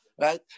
right